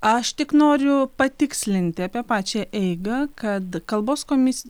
aš tik noriu patikslinti apie pačią eigą kad kalbos komisija